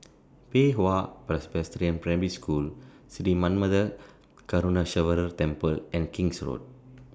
Pei Hwa Presbyterian Primary School Sri Manmatha Karuneshvarar Temple and King's Road